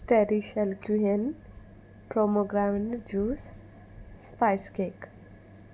स्टॅरीशलक्यूएन pomegranate juice spice cake